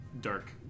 dark